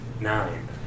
nine